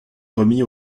remis